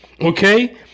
Okay